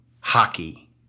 hockey